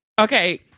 okay